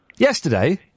Yesterday